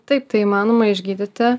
taip tai įmanoma išgydyti